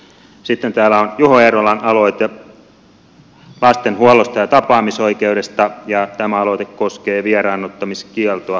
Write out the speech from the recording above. sitten täällä on juho eerolan aloite lastenhuollosta ja tapaamisoikeudesta ja tämä aloite koskee vieraannuttamiskieltoa